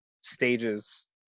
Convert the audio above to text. stages